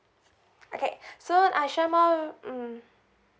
okay so I share more mm